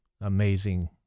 amazing